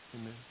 amen